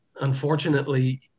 unfortunately